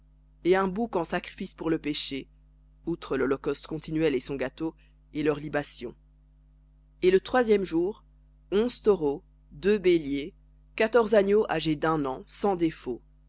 et un bouc en sacrifice pour le péché outre l'holocauste continuel et son gâteau et leurs libations et le troisième jour onze taureaux deux béliers quatorze agneaux âgés d'un an sans défaut